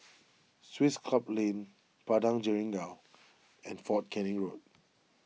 Swiss Club Lane Padang Jeringau and fort Canning Road